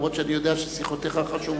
גם אם אני יודע ששיחותיך חשובות.